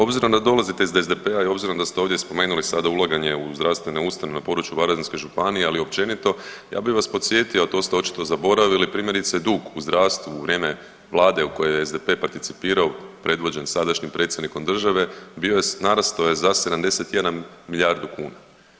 Obzirom da dolazite iz SDP-a i obzirom da ste ovdje spomenuli sada ulaganje u zdravstvene ustanove na području Varaždinske županije, ali i općenito ja bih vas podsjetio, a to ste očito zaboravili primjerice dug u zdravstvu u vrijeme Vlade u kojoj je SDP participirao predvođen sadašnjim predsjednikom države bio je, narastao je za 71 milijardu kuna.